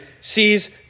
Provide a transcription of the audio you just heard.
sees